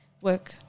work